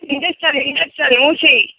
injection injection ஊசி